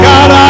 God